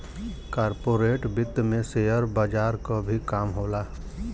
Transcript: corporate वित्त में share बजार क भी काम होला